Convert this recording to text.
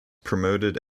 promoted